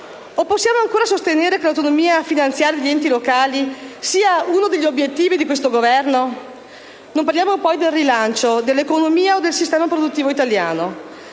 O possiamo ancora sostenere che l'autonomia finanziaria degli enti locali sia uno degli obiettivi di questo Governo? Non parliamo, poi, del rilancio dell'economia o del sistema produttivo italiano.